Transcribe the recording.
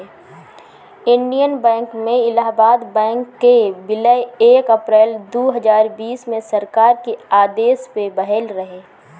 Indian bank में Allahabad bank कअ विलय एक अप्रैल दू हजार बीस में सरकार के आदेश पअ भयल रहे